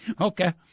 Okay